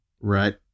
Right